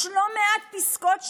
יש לא מעט פסיקות שמגינות,